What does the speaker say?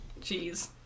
Jeez